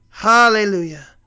Hallelujah